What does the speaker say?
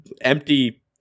empty